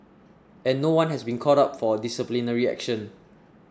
and no one has been called up for disciplinary action